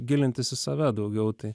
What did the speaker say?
gilintis į save daugiau tai